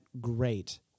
great